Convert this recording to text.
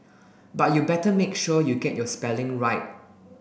but you better make sure you get your spelling right